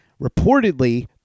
Reportedly